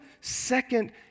second